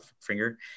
finger